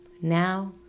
Now